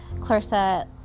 Clarissa